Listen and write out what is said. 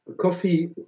Coffee